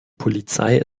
polizei